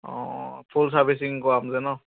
অঁ full servicing কৰাম যে ন